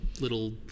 little